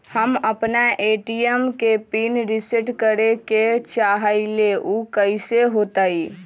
हम अपना ए.टी.एम के पिन रिसेट करे के चाहईले उ कईसे होतई?